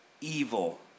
evil